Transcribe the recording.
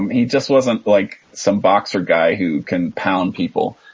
and he just wasn't like some boxer guy who can pound people.